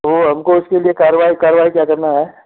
तो हमको इसके लिए कार्यवाही कार्यवाही क्या करना है